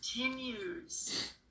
continues